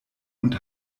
und